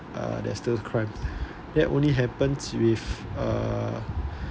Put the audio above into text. uh there are still crimes that only happens with(uh)